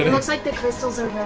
looks like the crystals are